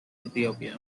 ethiopia